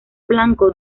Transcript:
blanco